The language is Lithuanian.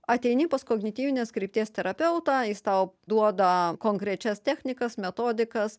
ateini pas kognityvinės krypties terapeutą jis tau duoda konkrečias technikas metodikas